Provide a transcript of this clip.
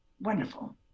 wonderful